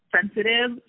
sensitive